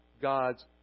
God's